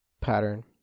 pattern